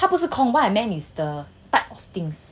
他不是空 what I mean is like the type of things